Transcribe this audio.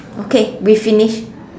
okay we finish